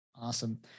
awesome